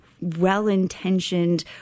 well-intentioned